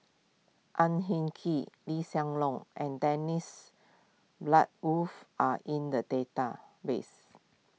Ang Hin Kee Lee Hsien Loong and Dennis Bloodworth are in the database